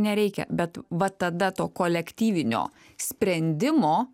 nereikia bet va tada to kolektyvinio sprendimo